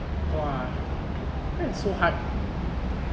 !wah! that is so hard